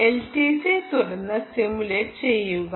LTC തുറന്ന് simulate ചെയ്യുക